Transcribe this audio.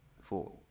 Four